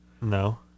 No